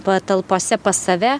patalpose pas save